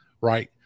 right